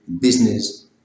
business